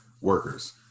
workers